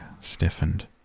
stiffened